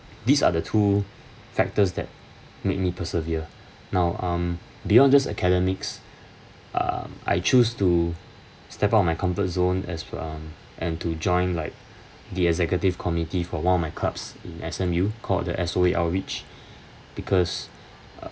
these are the two factors that make me persevere now um beyond just academics um I choose to step out of my comfort zone as f~ um and to join like the executive committee for one of my clubs in S_M_U called the S_O_A outreach because